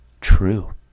True